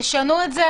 תשנו את זה.